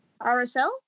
RSL